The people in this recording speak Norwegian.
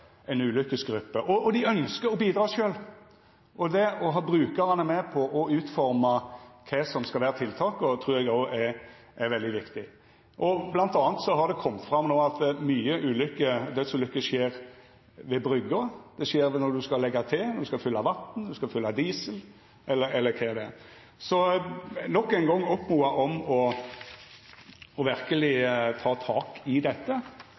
Og dei ønskjer å bidra sjølve. Å ha brukarane med på å utforma tiltaka, trur eg òg er veldig viktig. Blant anna har det no kome fram at mange dødsulykker skjer ved brygga, det skjer når ein skal leggja til, når ein skal fylla vatn, når ein skal fylla diesel – eller kva det no er. Nok ein gong vil eg oppmoda om verkeleg å ta tak i dette